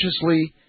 consciously